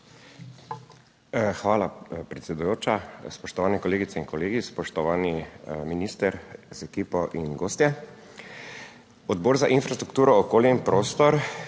Hvala predsedujoča, spoštovane kolegice in kolegi, spoštovani minister z ekipo in gostje. Odbor za infrastrukturo, okolje in prostor